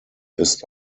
ist